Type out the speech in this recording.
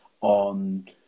on